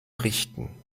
richten